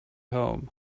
home